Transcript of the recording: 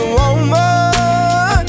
woman